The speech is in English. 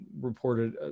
reported